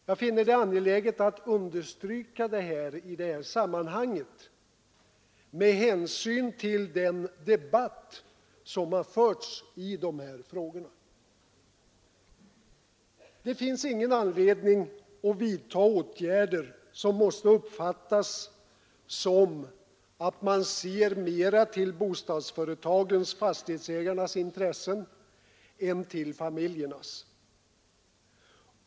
Jag finner det angeläget att understryka detta i det här sammanhanget med hänsyn till den debatt som har förts i dessa frågor. Det finns ingen anledning att vidta åtgärder som måste uppfattas som att man ser mera till bostadsföretagens och fastighetsägarnas intressen än till familjernas.